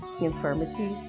infirmities